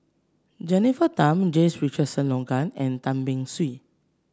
Jennifer Tham James Richardson Logan and Tan Beng Swee